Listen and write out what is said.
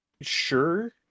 sure